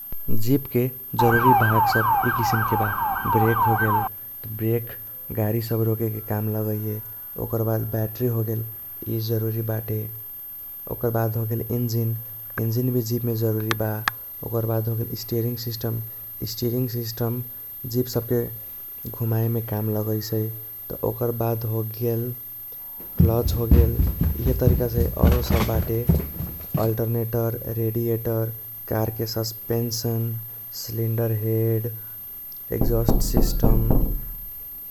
जीपके जरूरी भाग सब इ किसिमके बा ब्रेक होगेल ब्रेक गाडी सब रोकेके काम लगाइए । ओकर बाद बैटरी होगेल इ जरूरी बाते। ओकर बाद होगेल इंजिन इंजिन भी जीपमे जरूरी बा। ओकर बाद होगेल steering system steering system jeep सबके घुमाएमे काम लगैसै। त ओकर बाद होगेल क्लच होगेल इहे तरीकासे औरो सब बाते ऑल्टर्नैटर, रैडीऐटर, कारके suspension, cylinder head, exhaust system.